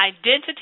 identity